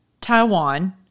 Taiwan